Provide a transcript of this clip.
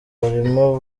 barimo